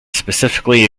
specifically